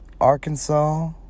Arkansas